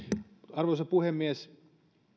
arvoisa puhemies